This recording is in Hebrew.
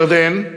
ירדן,